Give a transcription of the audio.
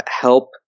help